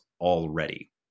already